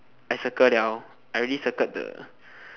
I circle liao I already circled the